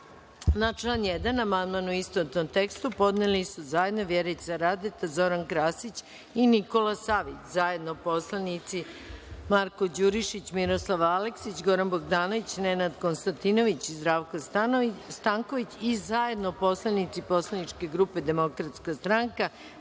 član 1. amandman, u istovetnom tekstu, podneli su zajedno Vjerica Radeta, Zoran Krasić i Nikola Savić, zajedno poslanici Marko Đurišić, Miroslav Aleksić, Goran Bogdanović, Nenad Konstantinović i Zdravko Stanković, zajedno poslanici poslaničke grupe Demokratska stranka,